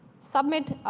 submit,